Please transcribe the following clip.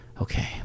okay